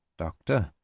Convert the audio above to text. doctor,